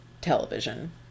television